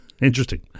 interesting